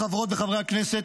חברות וחברי הכנסת,